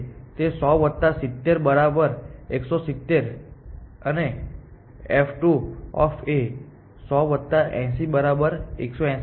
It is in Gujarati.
તે 100 વત્તા 70 બરાબર 170 અને f2 100 વત્તા 80 બરાબર 180 છે